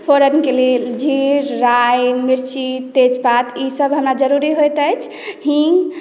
फोरनके लेल जीर राइ मिर्ची तेजपात ईसभ हमरा जरूरी होइत अछि हीङ्ग